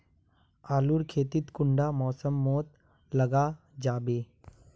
आलूर खेती कुंडा मौसम मोत लगा जाबे?